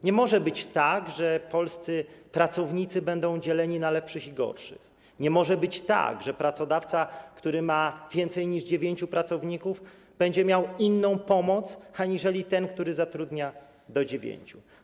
Nie może być tak, że polscy pracownicy będą dzieleni na lepszych i gorszych, nie może być tak, że pracodawca, który ma więcej niż dziewięciu pracowników, będzie miał inną pomoc aniżeli ten, który zatrudnia do dziewięciu.